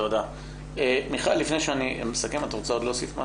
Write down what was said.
מיכל את רוצה להוסיף?